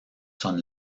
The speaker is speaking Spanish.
son